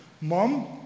Mom